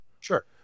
Sure